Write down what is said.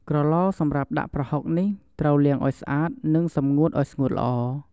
ក្រឡសម្រាប់ដាក់ប្រហុកនេះ ត្រូវលាងឱ្យស្អាត និងសម្ងួតឱ្យស្ងួតល្អ។